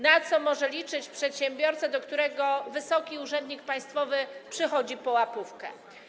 Na co może liczyć przedsiębiorca, do którego wysoki urzędnik państwowy przychodzi po łapówkę?